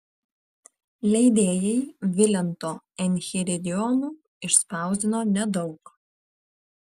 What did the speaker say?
leidėjai vilento enchiridionų išspausdino nedaug